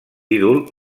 ídol